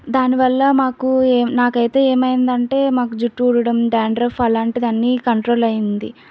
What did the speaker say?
దానివల్ల మాకు నాకైతే ఏమైందంటే నాకు జుట్టు ఊడటం డాండ్రఫ్ అలాంటివన్నీ కంట్రోల్ అయింది